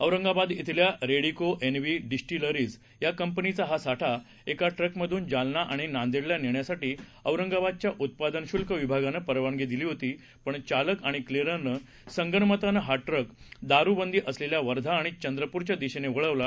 औरंगाबाद बल्यारेडीकोएनव्हीडिस्टीलरीजयाकंपनीचाहासाठाएकाट्रकमधूनजालनाआणिनांदेडलानेण्यासाठीऔरंगाबादच्याउत्पादनशु ल्कविभागानंपरवानगीदिलीहोती पणचालकआणिक्लीनरनेसंगनमतानंहाट्रकदारूबंदीअसलेल्यावर्धाआणिचंद्रपूरच्यादिशेनेवळवला